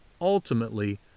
ultimately